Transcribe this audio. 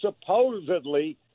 supposedly